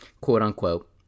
quote-unquote